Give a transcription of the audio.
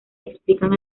explican